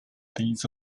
these